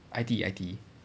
I_T_E I_T_E